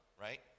right